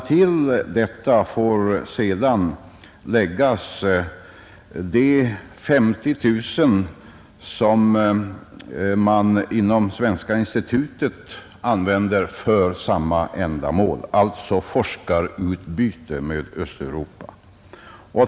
Till detta får sedan läggas de 50 000 kronor som man inom svenska institutet använder för samma ändamål — alltså forskarutbyte med Östeuropa.